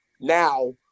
Now